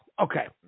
Okay